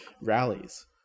rallies